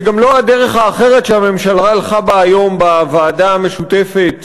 וגם לא הדרך האחרת שהממשלה הלכה בה היום בוועדה המשותפת,